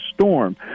storm